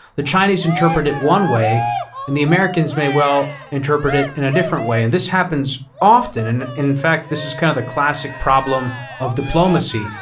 the chinese interpret it one way and the americans may well interpret it in a different way, and this happens often. and in fact, this is kind of the classic problem of diplomacy.